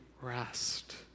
rest